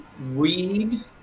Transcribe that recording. read